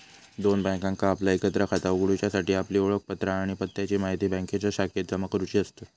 दोन बायकांका आपला एकत्र खाता उघडूच्यासाठी आपली ओळखपत्रा आणि पत्त्याची म्हायती बँकेच्या शाखेत जमा करुची असतत